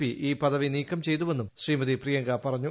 P ഈ പദവി നീക്കം ചെയ്തുവെന്നും ശ്രീമതി പ്രിയങ്ക പറഞ്ഞു